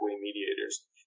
mediators